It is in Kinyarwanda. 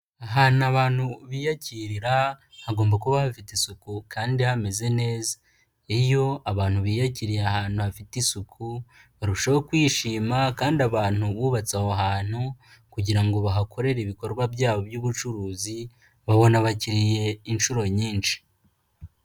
Ahantu abantu biyakirira hagomba kuba hafite isuku kandi hameze neza, iyo abantu biyakiriye ahantu hafite isuku barushaho kwishima, kandi abantu bubatse aho hantu kugira ngo bahakorere ibikorwa byabo by'ubucuruzi, babona abakiriye inshuro nyinshi.